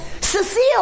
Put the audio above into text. Cecile